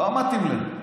לא מתאים להם.